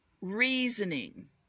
reasoning